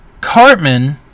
Cartman